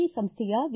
E ಸಂಸ್ಥೆಯ V